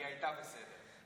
היא הייתה בסדר.